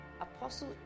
Apostle